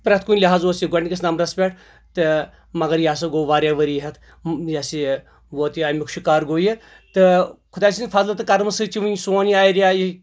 پرٮ۪تھ کُنہِ لَہاظہٕ اوس یہِ گۄڈٕنِکِس نَمبرَس پٮ۪ٹھ تہٕ مَگر یہِ سا گوٚو واریاہ ؤری ہَتھ یہِ سا یہِ ووت اَمیُک شِکار گوٚو یہِ تہٕ خۄدایہِ سٕنٛدۍ فضلہٕ تہٕ کَرمہٕ سۭتۍ چھُ وُنہِ سون یہِ ایریا